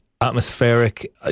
atmospheric